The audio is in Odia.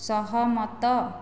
ସହମତ